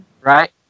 right